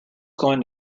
going